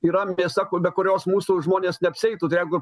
yra mėsa kur be kurios mūsų žmonės neapsieitų tai jeigu